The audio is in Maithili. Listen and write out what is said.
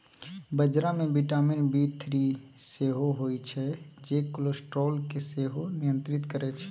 बजरा मे बिटामिन बी थ्री सेहो होइ छै जे कोलेस्ट्रॉल केँ सेहो नियंत्रित करय छै